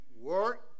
work